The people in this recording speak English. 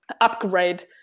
upgrade